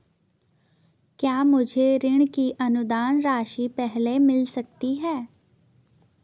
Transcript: क्या मुझे ऋण की अनुदान राशि पहले मिल सकती है?